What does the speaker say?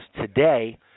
today